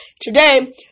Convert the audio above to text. Today